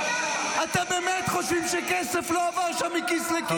אתם באמת חושבים שכסף לא עבר שם מכיס לכיס?